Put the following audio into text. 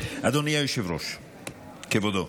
אדוני היושב-ראש, כבודו,